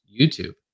YouTube